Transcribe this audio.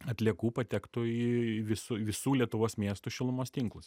atliekų patektų į visų visų lietuvos miestų šilumos tinklus